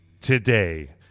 today